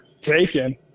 taken